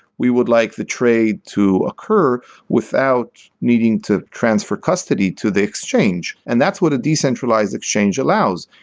we would like the trade to occur without needing to transfer custody to the exchange, and that's what a decentralized exchange allows.